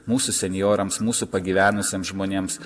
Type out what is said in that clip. mūsų senjorams mūsų pagyvenusiems žmonėms